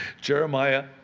Jeremiah